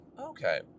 Okay